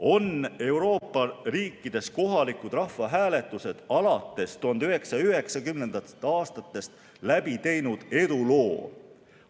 on Euroopa riikides kohalikud rahvahääletused alates 1990. aastatest läbi teinud eduloo.